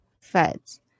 feds